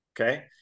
Okay